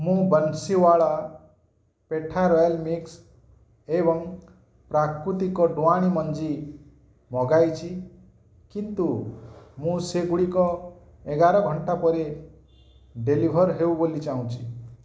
ମୁଁ ବଂଶୀୱାଳା ପେଠା royal mix ଏବଂ ପ୍ରାକୃତିକ ଡୁଆଣି ମଞ୍ଜି ମଗାଇଛି କିନ୍ତୁ ମୁଁ ସେଗୁଡ଼ିକ ଏଗାର ଘଣ୍ଟା ପରେ ଡେଲିଭର୍ ହେଉ ବୋଲି ଚାହୁଁଛି